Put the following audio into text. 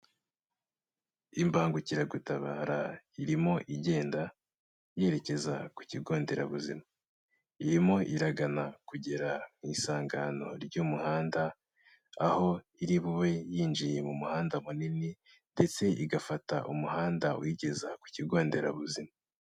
Imbangukiragutabara irimo igenda, yerekeza ku kigo nderabuzima, irimo iragana kugera mu isangano ry'umuhanda, aho iri bube yinjiye mu muhanda munini ndetse igafata umuhanda uyigeza ku kigo nderabuzima.